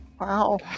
Wow